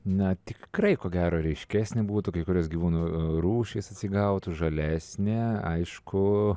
na tikrai ko gero ryškesnė būtų kai kurios gyvūnų rūšys atsigautų žalesnė aišku